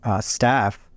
staff